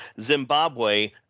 Zimbabwe